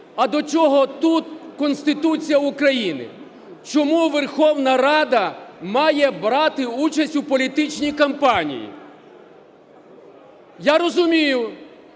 а до чого тут Конституція України? Чому Верховна Рада має брати участь у політичній кампанії? Я розумію,